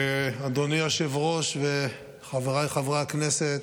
אדוני היושב-ראש, חבריי חברי הכנסת,